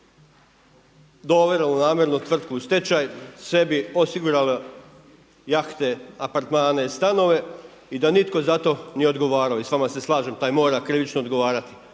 dovelo namjerno tvrtku u stečaj, sebi osigurali jahte, apartmane i stanove i da nitko nije odgovarao. I s vama se slažem, taj mora krivično odgovarati.